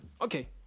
Okay